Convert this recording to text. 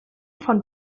von